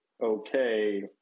okay